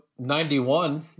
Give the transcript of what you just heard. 91